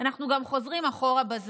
אנחנו חוזרים אחורה גם בזמן.